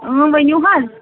ؤنِو حظ